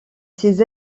ses